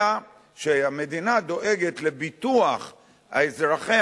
אלא שהמדינה דואגת לביטוח אזרחיה,